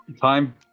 time